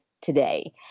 today